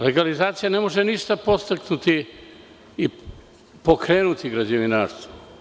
Legalizacija ne može ništa podstaknuti i pokrenuti u građevinarstvu.